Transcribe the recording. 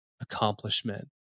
accomplishment